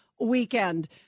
weekend